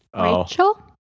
Rachel